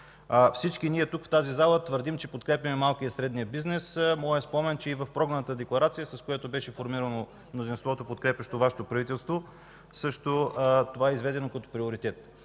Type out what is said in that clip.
всички ние в тази зала твърдим, че подкрепяме малкия и среден бизнес. Моят спомен е, че и в Програмната декларация, с която беше формирано мнозинството, подкрепящо Вашето правителство, това е изведено като приоритет.